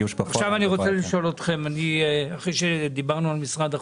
אחרי שדיברנו על משרד החוץ,